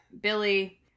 Billy